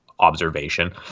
observation